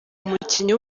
umukinnyi